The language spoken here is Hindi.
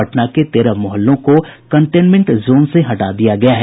पटना के तेरह मोहल्लों को कंटेनमेंट जोन से हटा दिया गया है